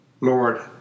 Lord